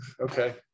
Okay